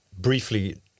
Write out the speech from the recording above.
briefly